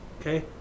okay